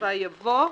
בסופה יבוא: